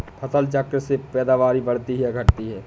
फसल चक्र से पैदावारी बढ़ती है या घटती है?